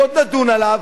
שעוד נדון עליו,